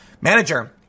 manager